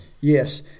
yes